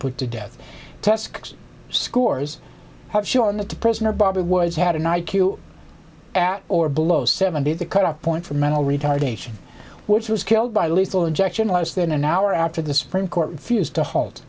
put to death test scores have shortened to prison or bob it was had an i q at or below seventy the cut off point for mental retardation which was killed by lethal injection less than an hour after the supreme court refused to halt